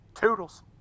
Toodles